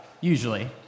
Usually